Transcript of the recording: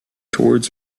towards